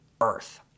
earth